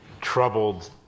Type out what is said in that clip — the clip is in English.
troubled